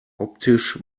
optisch